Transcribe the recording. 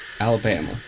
Alabama